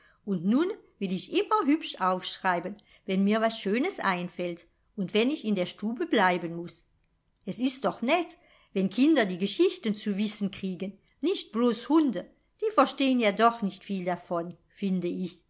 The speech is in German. und nun will ich immer hübsch aufschreiben wenn mir was schönes einfällt und wenn ich in der stube bleiben muß es ist doch nett wenn kinder die geschichten zu wissen kriegen nicht blos hunde die verstehn ja doch nicht viel davon finde ich